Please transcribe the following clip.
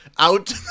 out